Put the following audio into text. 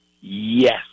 yes